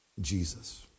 Jesus